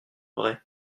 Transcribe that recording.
vrai